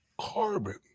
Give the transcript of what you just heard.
carbon